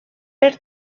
per